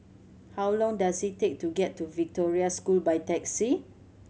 how long does it take to get to Victoria School by taxi